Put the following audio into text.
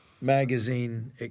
magazine